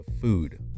food